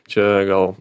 čia gal